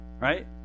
Right